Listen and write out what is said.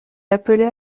appelait